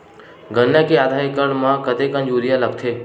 गन्ना के आधा एकड़ म कतेकन यूरिया लगथे?